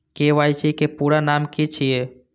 KYC के पूरा नाम की छिय?